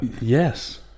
Yes